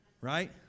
Right